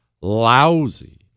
lousy